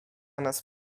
nas